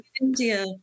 India